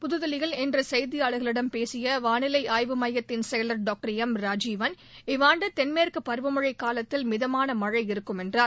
புதுதில்லியில் இன்று செய்தியாளர்களிடம் பேசிய வானிலை ஆய்வு மையத்தின் செயலர் திரு எம் ராஜீவன் இவ்வாண்டு தென்மேற்கு பருவமனழ காலத்தில் மிதமான மழை இருக்கும் என்றார்